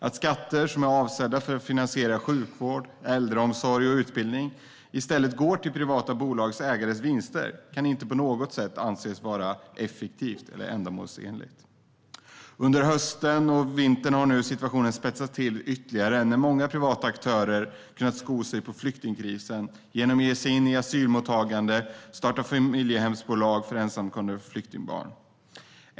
Att skatter avsedda för att finansiera sjukvård, äldreomsorg och utbildning i stället går till privata bolags ägares vinster kan inte på något sätt anses vara effektivt eller ändamålsenligt. Under hösten och vintern har situationen spetsats till ytterligare när många privata aktörer kunnat sko sig på flyktingkrisen genom att ge sig in i asylmottagande och starta familjehemsbolag för ensamkommande flyktingbarn.